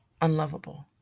unlovable